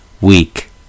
weak